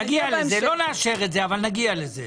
נגיע לזה; לא נאשר את זה, אבל נגיע לזה.